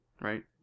Right